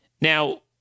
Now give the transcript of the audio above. Now